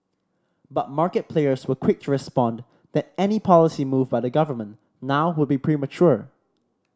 but market players were quick to respond that any policy move by the government now would be premature